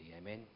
amen